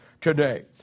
today